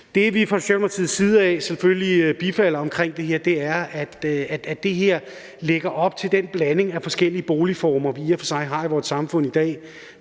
Det, vi fra Socialdemokratiets side selvfølgelig bifalder her, er, at det her lægger op til den blanding af forskellige boligformer, vi i og for sig har i vores samfund i dag